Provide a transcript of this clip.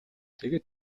тэгээд